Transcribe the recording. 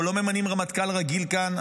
אנחנו לא ממנים רמטכ"ל רגיל כאן,